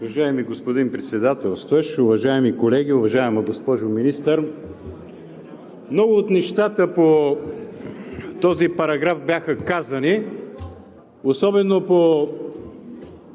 Уважаеми господин Председателстващ, уважаеми колеги, уважаема госпожо Министър! Много от нещата по този параграф бяха казани – особено по